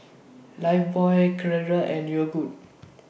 Lifebuoy Carrera and Yogood